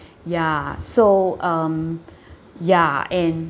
ya so um ya and